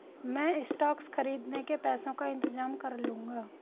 मैं स्टॉक्स खरीदने के पैसों का इंतजाम कर लूंगा